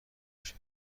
بشه